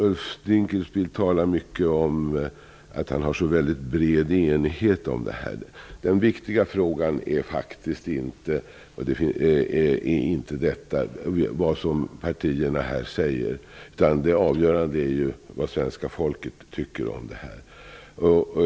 Ulf Dinkelspiel talar mycket om att det råder en bred enighet om detta. Den viktiga frågan är faktiskt inte vad partierna säger, utan det avgörande är vad svenska folket tycker om det här.